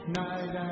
night